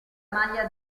maglia